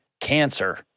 cancer